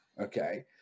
okay